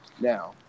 Now